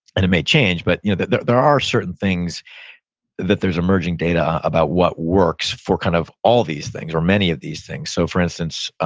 and it may change, but you know there there are certain things that there's emerging data about what works for kind of all these things, or many of these things. so for instance,